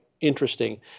interesting